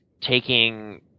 taking